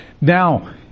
Now